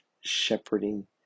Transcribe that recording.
shepherding